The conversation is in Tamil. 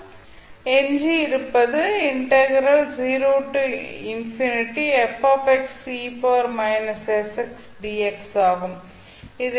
நாம் எஞ்சியிருப்பது ஆகும்